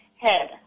head